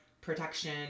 protection